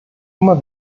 immer